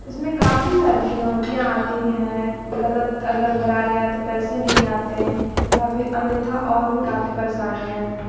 इसमें काफ़ी सारी चुनौतियाँ आती हैं गलत अगर भरा गया तो पैसे नहीं आतें या फिर अन्यथा और भी काफ़ी परेशानियाँ हैं